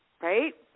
right